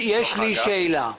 יש לי שאלה.